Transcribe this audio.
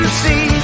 see